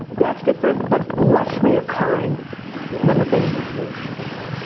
that's different, but less reoccurring than the things go deep on